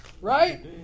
Right